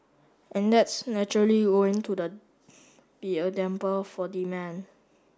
and that's naturally going to the be a damper for demand